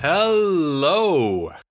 Hello